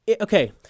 okay